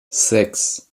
sechs